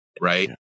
right